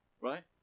Right